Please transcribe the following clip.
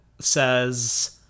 says